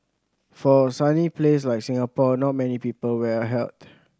for a sunny place like Singapore not many people wear a hat